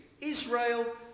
Israel